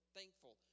thankful